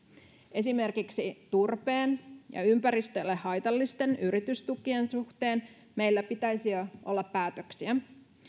esimerkiksi turpeen ja ympäristölle haitallisten yritystukien suhteen meillä pitäisi jo olla päätöksiä